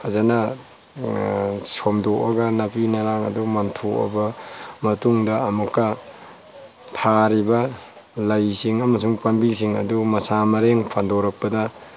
ꯐꯖꯅ ꯁꯣꯝꯗꯣꯛꯑꯒ ꯅꯥꯄꯤ ꯅꯔꯥꯡ ꯑꯗꯨ ꯃꯟꯊꯣꯛꯑꯕ ꯃꯇꯨꯡꯗ ꯑꯃꯨꯛꯀ ꯊꯥꯔꯤꯕ ꯂꯩꯁꯤꯡ ꯑꯃꯁꯨꯡ ꯄꯥꯝꯕꯤꯁꯤꯡ ꯑꯗꯨ ꯃꯁꯥ ꯃꯔꯦꯡ ꯐꯟꯗꯣꯔꯛꯄꯗ